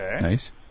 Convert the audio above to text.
Nice